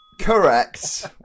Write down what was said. Correct